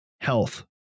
health